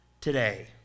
today